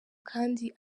kandi